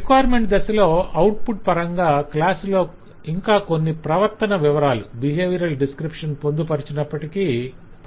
requirements దశలో output పరంగా class లో ఇంకా కొన్ని ప్రవర్తన వివరాలు పొందుపరచినప్పటికీ